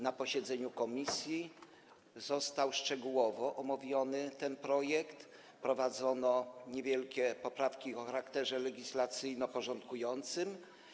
Na posiedzeniu komisji został szczegółowo omówiony ten projekt i wprowadzono do niego niewielkie poprawki o charakterze legislacyjno-porządkującym.